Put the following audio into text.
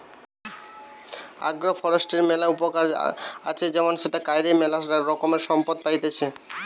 agro ফরেষ্ট্রীর ম্যালা উপকার আছে যেমন সেটা কইরে ম্যালা রোকমকার সম্পদ পাইতেছি